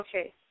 Okay